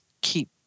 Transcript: keep